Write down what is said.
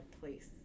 place